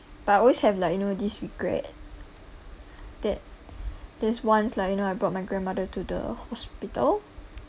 but I always have like you know this regret that there's once lah you know I brought my grandmother to the hospital